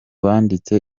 banditse